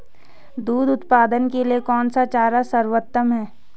दूध उत्पादन के लिए कौन सा चारा सर्वोत्तम है?